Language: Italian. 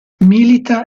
milita